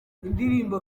indirimbo